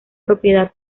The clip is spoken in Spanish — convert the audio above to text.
propiedad